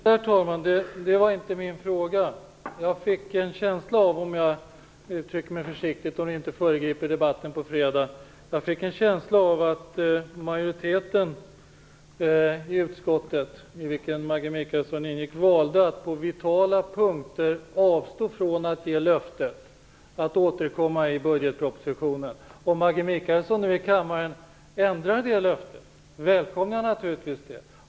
Herr talman! Det var inte det jag frågade om. Om jag uttrycker mig försiktigt för att inte föregripa debatten på fredag så fick jag en känsla av att majoriteten i utskottet, i vilken Maggie Mikaelsson ingick, valde att på vitala punkter avstå från att ge löftet att återkomma i budgetpropositionen. Om Maggie Mikaelsson nu i kammaren ändrar det löftet välkomnar jag naturligtvis det.